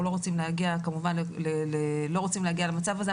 אנחנו לא רוצים להגיע למצב הזה,